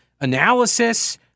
analysis